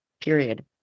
period